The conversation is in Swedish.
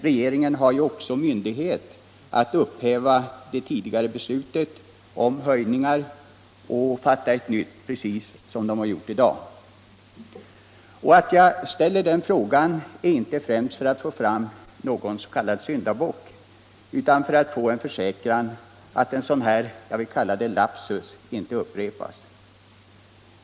Regeringen har ju myn Norrland dighet att upphäva det tidigare beslutet om höjningar och att fatta ett nytt beslut, och det har regeringen också gjort i dag. Jag ställer den frågan inte främst för att få fram någon syndabock utan för att få en försäkran att en sådan här lapsus, som jag vill kalla den, inte kommer att upprepas.